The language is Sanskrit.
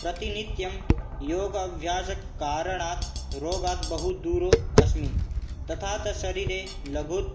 प्रतिनित्यं योगाभ्यासकारणात् रोगात् बहु दूरो अस्मि तथा च शरीरे लघु